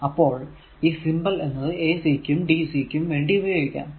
അപ്പോൾ ഈ സിംബൽ എന്നത് ac ക്കും dc ക്കും വേണ്ടി ഉപയോഗിക്കാം